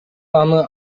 аны